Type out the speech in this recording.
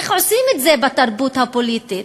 איך עושים את זה בתרבות הפוליטית?